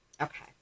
Okay